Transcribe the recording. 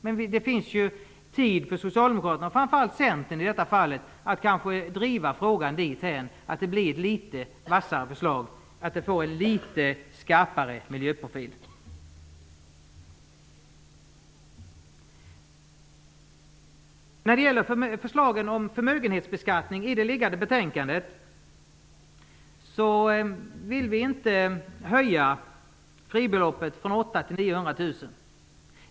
Men det finns ju tid för Socialdemokraterna och framför allt Centern i detta fall att driva frågan dithän att förslaget blir litet vassare och får litet skarpare miljöprofil. Vi vill inte höja fribeloppet i förmögenhetsbeskattningen från 800 000 kr till 900 000 kr.